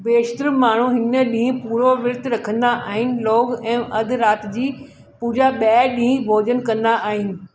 बेशितर माण्हू हिन ॾींहुं पूरो विर्तु रखंदा आहिनि लोग ऐं अध राति जी पूॼा बैदि ई भोजन कंदा आहिनि